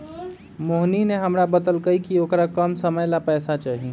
मोहिनी ने हमरा बतल कई कि औकरा कम समय ला पैसे चहि